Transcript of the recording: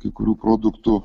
kai kurių produktų